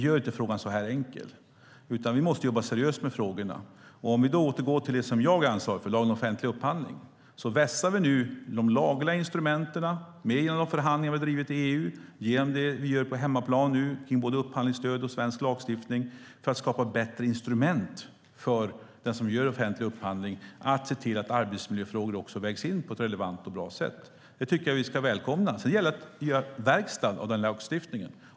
Gör inte frågan så enkel. Vi måste jobba seriöst med dessa frågor. Låt oss återgå till lagen om offentlig upphandling, som jag ansvarar för. Nu vässar vi de lagliga instrumenten genom de förhandlingar vi drivit i EU och genom det vi gör på hemmaplan med upphandlingsstöd och svensk lagstiftning. Vi skapar bättre instrument för den som gör offentlig upphandling att se till att också arbetsmiljöfrågor vägs in på ett relevant och bra sätt. Det ska vi välkomna. Det gäller att göra verkstad av denna lagstiftning.